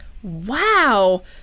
wow